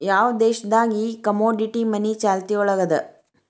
ಯಾವ್ ದೇಶ್ ದಾಗ್ ಈ ಕಮೊಡಿಟಿ ಮನಿ ಚಾಲ್ತಿಯೊಳಗದ?